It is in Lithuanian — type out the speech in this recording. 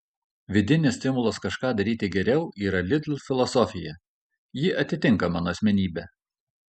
vidinis stimulas kažką daryti geriau yra lidl filosofija ji atitinka mano asmenybę